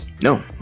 No